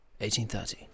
1830